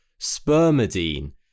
spermidine